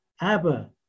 Abba